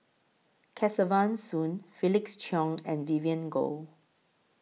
Kesavan Soon Felix Cheong and Vivien Goh